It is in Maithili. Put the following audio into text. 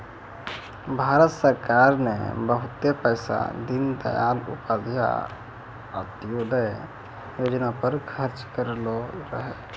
भारत सरकार ने बहुते पैसा दीनदयाल उपाध्याय अंत्योदय योजना पर खर्च करलो रहै